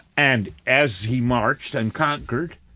and as he marched and conquered,